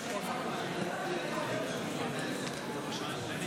שר חינוך, סגן שר